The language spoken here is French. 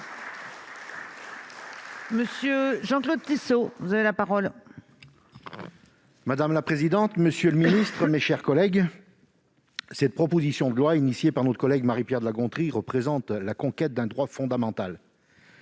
M. Jean-Claude Tissot, sur l'article. Madame la présidente, monsieur le ministre, mes chers collègues, cette proposition de loi de notre collègue Marie-Pierre de La Gontrie représente la conquête d'un droit fondamental